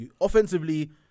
Offensively